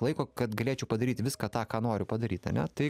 laiko kad galėčiau padaryti viską ką noriu padaryt ane tai